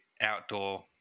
outdoor